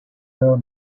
were